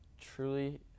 truly